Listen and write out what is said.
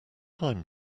thyme